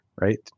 right